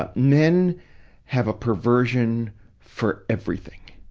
ah men have a perversion for everything.